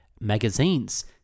Magazines